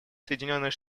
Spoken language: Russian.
соединенные